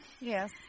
Yes